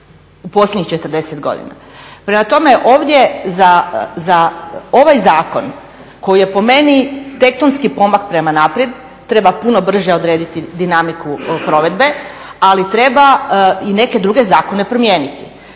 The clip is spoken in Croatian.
u posljednjih 40 godina. Prema tome, ovdje za ovaj zakon koji je po meni tektonski pomak prema naprijed treba puno brže odrediti dinamiku provedbe, ali treba i neke druge zakone promijeniti,